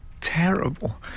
terrible